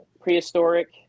prehistoric